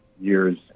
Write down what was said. years